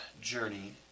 journey